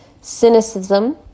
cynicism